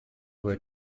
were